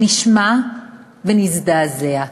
נשמע ונזדעזע: